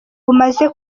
umaze